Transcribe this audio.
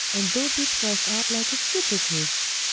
and thou be thrust out, like a fugitiue?